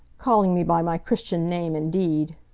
calling me by my christian name, indeed!